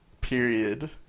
Period